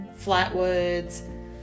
flatwoods